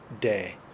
day